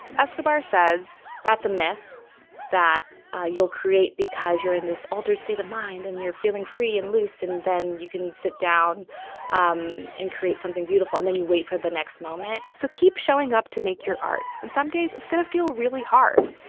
escobar says. that's a myth that ah you'll create because you're in this altered state of mind and you're feeling free and loose and then you can sit down um and create something beautiful, and then you wait for the next moment so keep showing up to make your art. and some days, it's going to feel really hard.